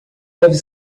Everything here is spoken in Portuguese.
deve